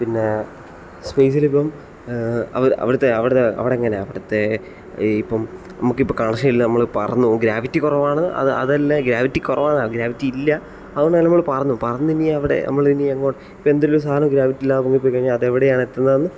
പിന്നെ സ്പേസിൽ ഇപ്പം അവിടുത്തെ അവിടെ അവിടെ ഇങ്ങനെയാണ് അവിടുത്തെ ഇപ്പം നമുക്ക് ഇപ്പം കണക്ഷൻ ഇല്ല നമ്മൾ പറന്ന് പോകും ഗ്രാവിറ്റി കുറവാണ് അത് അതല്ല ഗ്രാവിറ്റി കുറവാണ് ഗ്രാവിറ്റി ഇല്ല അത്കൊണ്ട് തന്നെ നമ്മൾ പറന്ന് പറന്ന് ഇനി എവിടെ നമ്മൾ ഇനി എങ്ങോട്ട് ഇപ്പോൾ എന്തെങ്കിലും ഒരു സാധനം ഗ്രാവിറ്റി ഇല്ലാതെ പൊങ്ങി പോയി കഴിഞ്ഞാൽ അത് എവിടെയാണ് എത്തുന്നത് എന്ന്